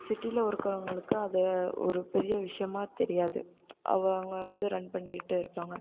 சிட்டியில் இருக்கிறவங்களுக்கு அது ஒரு பெரிய விஷயமா தெரியாது அவங்க வந்து ரன் பண்ணிக்கிட்டு இருப்பாங்க